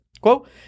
Quote